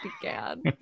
began